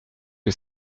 que